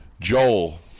Joel